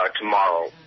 tomorrow